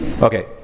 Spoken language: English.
Okay